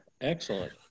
excellent